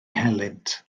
helynt